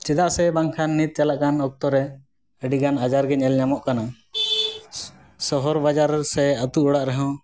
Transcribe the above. ᱪᱮᱫᱟᱜ ᱥᱮ ᱵᱟᱝᱠᱷᱟᱱ ᱱᱤᱛ ᱪᱟᱞᱟᱜᱠᱟᱱ ᱚᱠᱛᱚᱨᱮ ᱟᱹᱰᱤᱜᱟᱱ ᱟᱡᱟᱨᱜᱮ ᱧᱮᱞ ᱧᱟᱢᱚᱜ ᱠᱟᱱᱟ ᱥᱚᱦᱚᱨ ᱵᱟᱡᱟᱨ ᱨᱮ ᱥᱮ ᱟᱛᱳ ᱚᱲᱟᱜ ᱨᱮᱦᱚᱸ